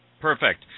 Perfect